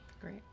great